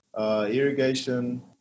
irrigation